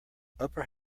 upper